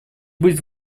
будет